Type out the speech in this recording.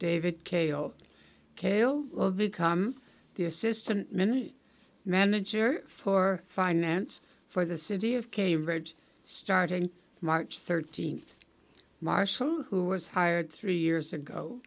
david kay or kail will become the assistant mini manager for finance for the city of cambridge starting march thirteenth marshall who was hired three years ago